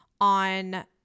on